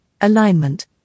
alignment